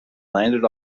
landed